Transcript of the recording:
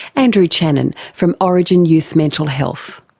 andrew channen from orygen youth mental health.